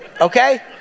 Okay